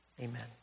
Amen